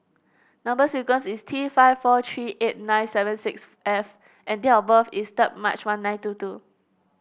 number sequence is T five four three eight nine seven six F and date of birth is third March one nine two two